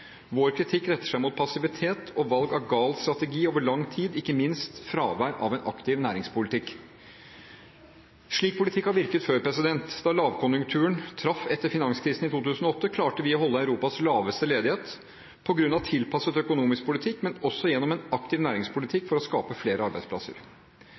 Vår kritikk retter seg mot passivitet og valg av gal strategi over lang tid, ikke minst fravær av en aktiv næringspolitikk. Slik politikk har virket før. Da lavkonjunkturen traff etter finanskrisen i 2008, klarte vi å holde Europas laveste ledighet på grunn av tilpasset økonomisk politikk, men også gjennom en aktiv næringspolitikk for å skape flere arbeidsplasser.